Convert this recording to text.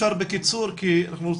בבקשה.